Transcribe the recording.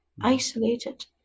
isolated